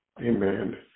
Amen